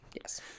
Yes